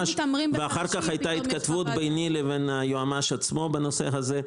אחר כך גם הייתה התכתבות ביני לבין היועמ"ש עצמו בנושא הזה.